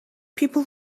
people